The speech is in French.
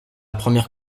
première